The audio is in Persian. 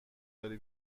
داری